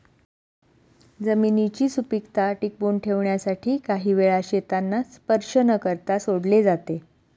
जमिनीची सुपीकता टिकवून ठेवण्यासाठी काही वेळा शेतांना स्पर्श न करता सोडले जाते